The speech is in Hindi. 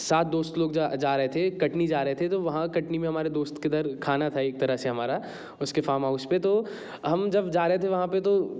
सात दोस्त लोग जा रहे थे कटनी जा रहे थे तो वहाँ कटनी में हमारे दोस्त के घर खाना था एक तरह से हमारा उसके फार्म हाउस पे तो हम जब जा रहे थे वहाँ पे तो